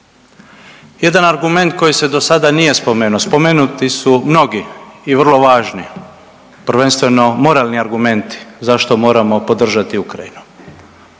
Jedan argument koji se do sada nije spomenuo. Spomenuti su mnogi i vrlo važni prvenstveno moralni argumenti zašto moramo podržati Ukrajinu.